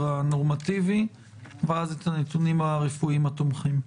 הנורמטיבי ואז את הנתונים הרפואיים התומכים.